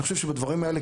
אני חושב שבדברים האלה,